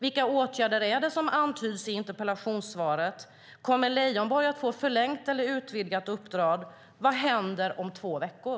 Vilka åtgärder är det som antyds i interpellationssvaret? Kommer Leijonborg att få förlängt eller utvidgat uppdrag? Vad händer om två veckor?